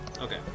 okay